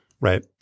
Right